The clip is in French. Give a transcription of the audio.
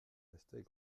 restait